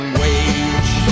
wage